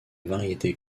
variétés